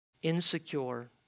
Insecure